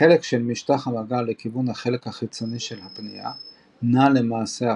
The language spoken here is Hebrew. החלק של משטח המגע לכיוון החלק החיצוני של הפנייה נע למעשה אחורה,